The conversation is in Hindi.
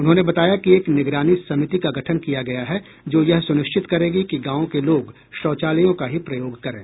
उन्होंने बताया कि एक निगरानी समिति का गठन किया गया है जो यह सुनिश्चित करेगी कि गांवों के लोग शौचालयों का ही प्रयोग करें